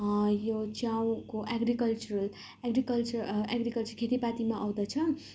यो चाउको agricultural agriculture agriculture खेतीपातीमा आउँदछ